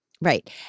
Right